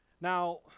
Now